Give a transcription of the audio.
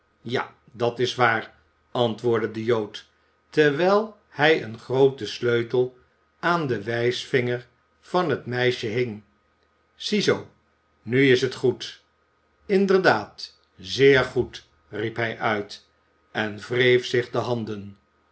ja dat is waar antwoordde de jood terwijl hij een grooten sleutel aan den wijsvinger van het meisje hing ziezoo nu is het goed inderdaad zeer goed riep hij uit en wreef zich de handen